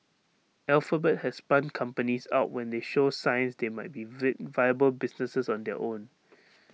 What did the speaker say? alphabet has spun companies out when they show signs they might be V viable businesses on their own